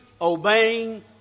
obeying